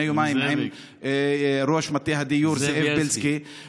יומיים עם ראש מטה הדיור זאב בילסקי,